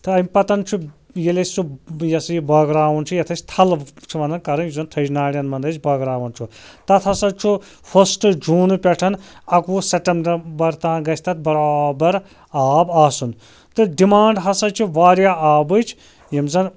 تہٕ اَمہِ پَتہٕ چھُ ییٚلہِ أسۍ سُہ یہِ ہسا یہِ بٲگراوُن چھُ یَتھ أسۍ تھَلہٕ چھِ وَنان کرٕنۍ یُس زَن تھٔج ناڈٮ۪ن منٛز أسۍ بٲگراوان چھُ تَتھ ہسا چھُ فٔسٹ جوٗن پٮ۪ٹھ اَکہٕ وُہ تام گژھِ تَتھ برابر آب آسُن تہٕ ڈِمانٛڈ ہسا چھُ واریاہ آبٕچ یِم زَن